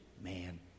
man